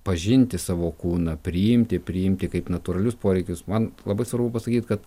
pažinti savo kūną priimti priimti kaip natūralius poreikius man labai svarbu pasakyt kad